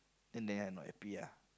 then they are not happy ah